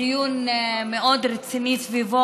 דיון רציני מאוד סביבו,